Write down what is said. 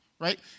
right